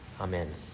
Amen